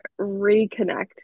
reconnect